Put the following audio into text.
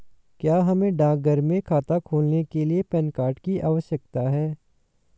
क्या हमें डाकघर में खाता खोलने के लिए पैन कार्ड की आवश्यकता है?